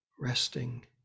resting